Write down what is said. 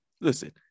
listen